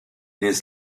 his